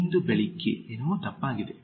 ಇಂದು ಬೆಳಿಗ್ಗೆ ಏನು ತಪ್ಪಾಗಿದೆ